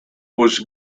was